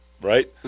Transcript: Right